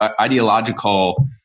ideological